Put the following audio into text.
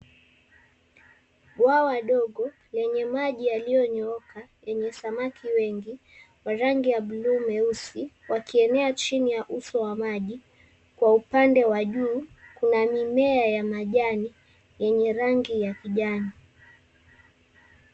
Bwawa dogo lenye maji yaliyonyooka, yenye samaki wengi ya rangi ya buluu, meusi, wakienea chini ya uso wa maji. Kwa upande wa juu kuna mimea ya majani, yenye rangi ya kijani.